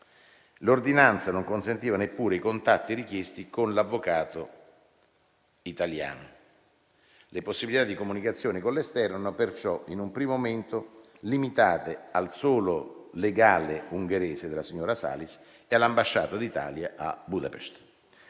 L'ordinanza non consentiva neppure i contatti richiesti con l'avvocato italiano. Le possibilità di comunicazione con l'esterno, perciò, erano in un primo momento limitate al solo legale ungherese della signora Salis e all'ambasciata d'Italia a Budapest.